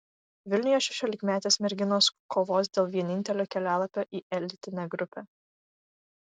vilniuje šešiolikmetės merginos kovos dėl vienintelio kelialapio į elitinę grupę